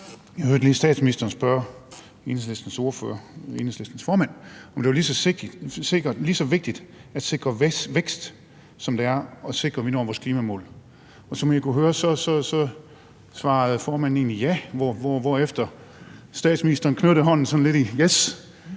ordfører – Enhedslistens formand – om det var lige så vigtigt at sikre vækst, som det er at sikre, at vi når vores klimamål. Og som man kunne høre, svarede formanden egentlig ja, hvorefter statsministeren knyttede hånden sådan lidt som »yes«